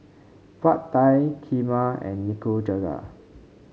Pad Thai Kheema and Nikujaga